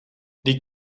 die